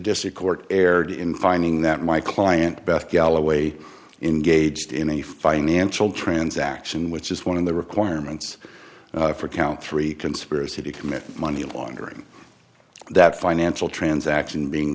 district court erred in finding that my client beth galloway engaged in a financial transaction which is one of the requirements for count three conspiracy to commit money laundering that financial transaction being